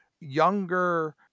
younger